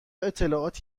اطلاعاتی